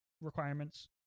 requirements